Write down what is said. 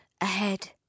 Ahead